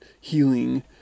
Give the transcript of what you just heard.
healing